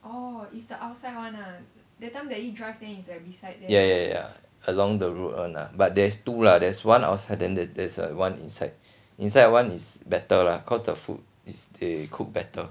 ya ya ya ya along the road one ah but there's two ah there's one outside then there's one inside inside one is better lah cause the food is they cook better